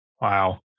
Wow